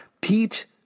Pete